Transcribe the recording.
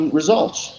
results